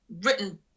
written